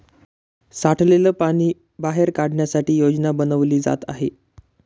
साठलेलं झालेल पाणी बाहेर काढण्यासाठी योजना बनवली जात आहे